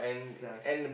class